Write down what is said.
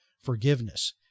forgiveness